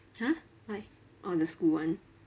!huh! why oh the school one